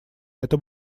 это